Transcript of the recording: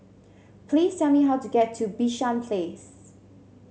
please tell me how to get to Bishan Place